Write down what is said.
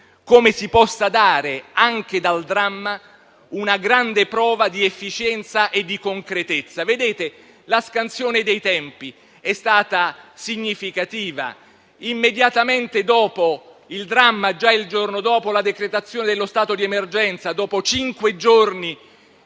come si possa dare anche nel dramma una grande prova di efficienza e concretezza. La scansione dei tempi è stata significativa. Immediatamente dopo il dramma, già il giorno successivo c'è stata la decretazione dello stato di emergenza e, dopo cinque giorni,